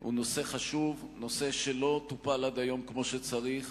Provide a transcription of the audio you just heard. הוא נושא חשוב, נושא שלא טופל עד היום כמו שצריך.